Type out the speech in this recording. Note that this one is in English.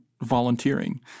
volunteering